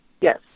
Yes